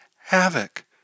havoc